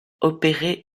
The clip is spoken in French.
opérer